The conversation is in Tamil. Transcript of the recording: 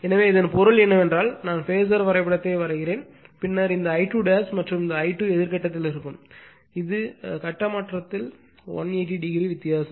எனவே இதன் பொருள் என்னவென்றால் நான் பேஸர் வரைபடத்தை வரைவேன் பின்னர் இந்த I2 மற்றும் இந்த I2 எதிர் கட்டத்தில் இருக்கும் இது கட்ட மாற்றத்தின் 180 டிகிரி வித்தியாசம்